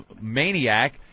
maniac